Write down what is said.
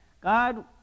God